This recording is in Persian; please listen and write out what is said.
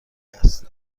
است